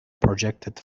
projected